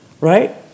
Right